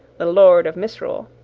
the lord of misrule,